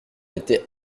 était